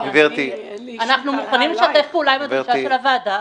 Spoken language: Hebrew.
אנחנו מוכנים לשתף פעולה עם הדרישה של הוועדה,